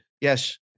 yes